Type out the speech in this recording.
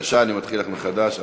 בבקשה, אני מתחיל לך מחדש.